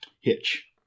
Hitch